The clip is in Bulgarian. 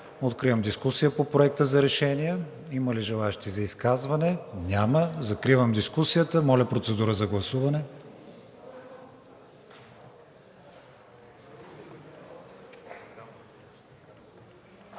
Откривам дискусия по проекта за решения. Има ли желаещи за изказване? Няма. Закривам дискусията. Моля, процедура за гласуване.